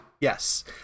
Yes